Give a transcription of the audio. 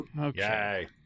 okay